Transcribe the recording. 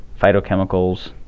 phytochemicals